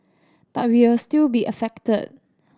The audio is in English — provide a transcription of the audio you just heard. but we'll still be affected